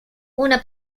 una